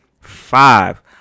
five